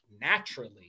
naturally